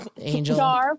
Angel